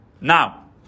Now